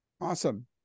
Awesome